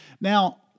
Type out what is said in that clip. Now